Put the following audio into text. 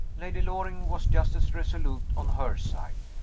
lady loring was just as resolute on her side.